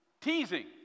teasing